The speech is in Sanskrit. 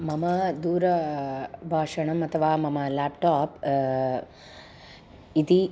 मम दूरभाषणम् अथवा मम लाप्टाप् इति